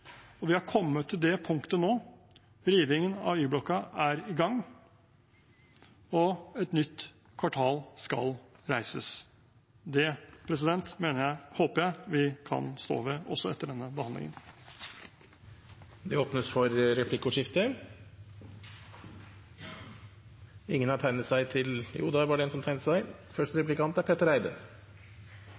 Vi har kommet til det punktet nå. Rivingen av Y-blokken er i gang, og et nytt kvartal skal reises. Det håper jeg vi kan stå ved også etter denne behandlingen. Det blir replikkordskifte. Som jeg sa i innlegget mitt, respekterer og aksepterer jeg selvfølgelig lovligheten i de vedtakene og den framdriften som